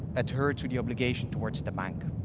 adhere to the obligation towards the bank.